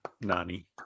Nani